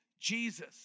Jesus